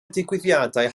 digwyddiadau